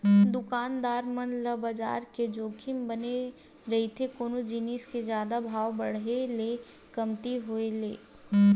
दुकानदार मन ल बजार के जोखिम बने रहिथे कोनो जिनिस के जादा भाव बड़हे ले कमती होय ले